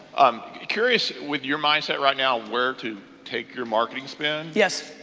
i'm curious with your mindset right now where to take your marketing spin. yes.